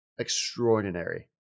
Extraordinary